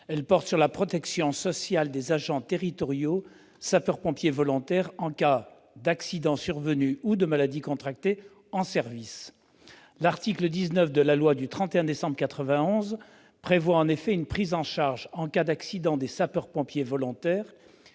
porte sur la protection sociale des agents territoriaux sapeurs-pompiers volontaires en cas d'accident survenu ou de maladie contractée en service. L'article 19 de la loi du 31 décembre 1991 prévoit en effet une prise en charge en cas d'accident des sapeurs-pompiers volontaires,